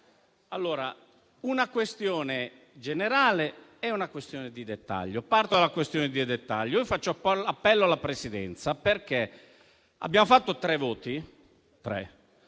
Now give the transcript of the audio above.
sono una questione generale e una questione di dettaglio. Parto dalla questione di dettaglio e faccio appello alla Presidenza, perché abbiamo fatto tre votazioni e